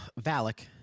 Valak